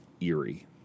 eerie